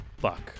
Buck